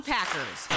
Packers